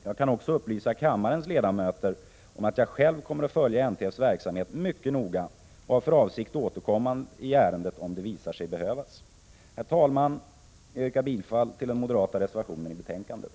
Jag kan upplysa kammarens ledamöter om att jag själv kommer att följa NTF:s verksamhet mycket noga och har för avsikt att återkomma i ärendet om det visar sig behövas. Herr talman! Jag yrkar bifall till den moderata reservationen i betänkandet.